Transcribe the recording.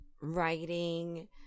writing